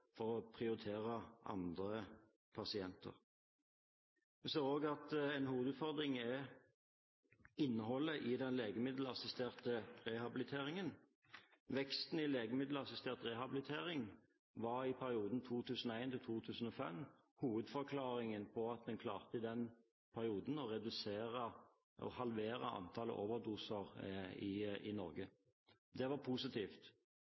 til å prioritere andre pasienter. Vi ser også at en utfordring er innholdet i den legemiddelassisterte rehabiliteringen. Veksten i legemiddelassistert rehabilitering var i perioden 2001–2005 hovedforklaringen på at en i den perioden klarte å redusere og halvere antallet overdosedødsfall i Norge. Det var positivt.